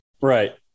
Right